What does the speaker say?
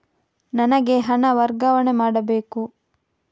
ನನಗೆ ಹಣ ವರ್ಗಾವಣೆ ಮಾಡಬೇಕು